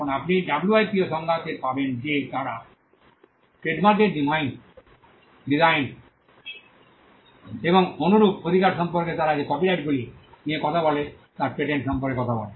এখন আপনি ডাব্লুআইপিও সংজ্ঞাতে পাবেন যে তারা যে ট্রেডমার্কের ডিসাইন্স এবং অনুরূপ অধিকার সম্পর্কে তারা যে কপিরাইটগুলি নিয়ে কথা বলে তার পেটেন্ট সম্পর্কে কথা বলে